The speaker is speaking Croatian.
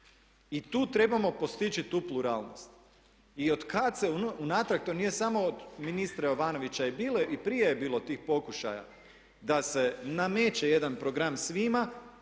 I tu trebamo postići tu pluralnost. I otkad se unatrag, to nije samo od ministra Jovanovića i prije je bilo tih pokušaja da se nameće jedan program svima